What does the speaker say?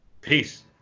Peace